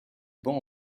bancs